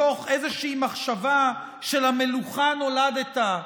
מתוך איזושהי מחשבה שלמלוכה נולדת,